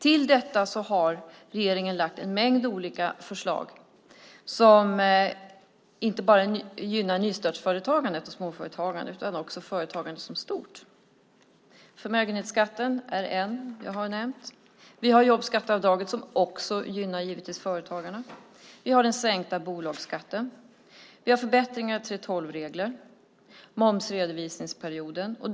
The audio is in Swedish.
Till detta har regeringen lagt fram en mängd förslag som inte bara gynnar nystartsföretagandet och småföretagandet utan också företagandet i stort. Förmögenhetsskatten har jag nämnt. Vi har jobbskatteavdraget som givetvis också gynnar företagarna. Vi har den sänkta bolagsskatten. Vi har förbättring av 3:12-regler. Vi har momsredovisningsperioden.